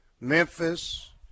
Memphis